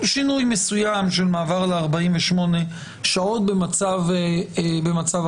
הוא שינוי מסוים של מעבר ל-48 שעות במצב החירום.